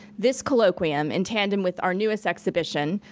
this colloquium, in tandem with our newest exhibition,